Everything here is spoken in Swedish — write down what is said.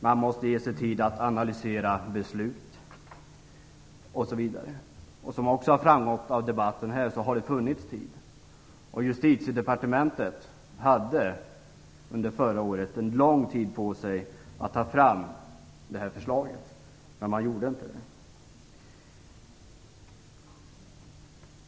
Man måste ge sig tid att analysera beslut, osv. Som också har framgått av debatten här har det funnits tid. Justitiedepartementet hade under förra året en lång tid på sig att ta fram ett förslag, men man gjorde inte det.